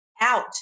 out